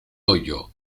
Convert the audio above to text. hoyo